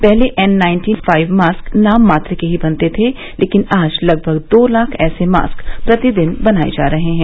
पहले N ninety five mask नाम मात्र के ही बनते थे लेकिन आज लगभग दो लाख ऐसे मास्क प्रतिदिन बनाए जा रहे हैं